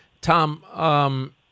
Tom